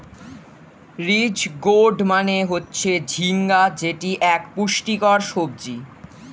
ridge gourd মানে হচ্ছে ঝিঙ্গা যেটি এক পুষ্টিকর সবজি